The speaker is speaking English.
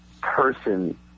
person